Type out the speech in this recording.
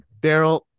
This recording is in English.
Daryl